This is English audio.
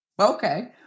okay